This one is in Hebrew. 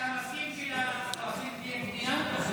אתה מסכים שלפלסטינים תהיה מדינה?